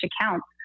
accounts